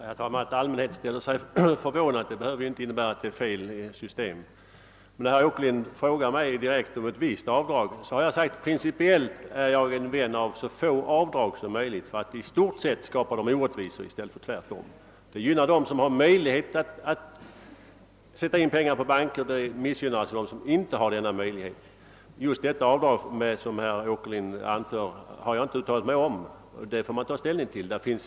Herr talman! Att allmänheten blir förvånad behöver i och för sig inte innebära att det är fel i systemet. Herr Åkerlind frågar mig om ett visst avdrag, och jag har sagt att principiellt är jag vän av så få avdrag som möjligt därför att i stort sett skapar de orättvisor i stället för motsatsen. De gynnar dem som har möjlighet att sätta in pengar på banken och missgynnar dem som inte har denna möjlighet. Just det avdrag som herr Åkerlind åberopar har jag inte uttalat mig om och tagit ställning till.